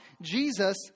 Jesus